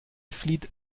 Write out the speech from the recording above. flieht